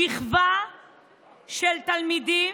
שכבה של תלמידים